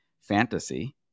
fantasy